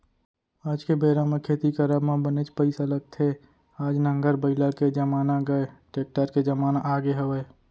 आज के बेरा म खेती करब म बनेच पइसा लगथे आज नांगर बइला के जमाना गय टेक्टर के जमाना आगे हवय